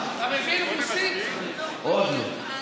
עוד לא.